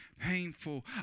painful